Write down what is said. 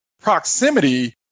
proximity